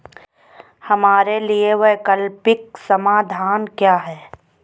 हमारे लिए वैकल्पिक समाधान क्या है?